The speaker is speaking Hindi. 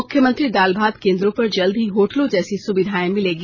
मुख्यमंत्री दाल भात केंद्रों पर जल्द ही होटलों जैसी सुविधाएं मिलेगी